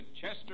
Chester